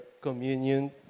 communion